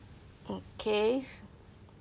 okay